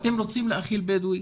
"אתם רוצים להאכיל בדואי?",